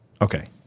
Okay